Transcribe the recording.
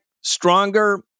stronger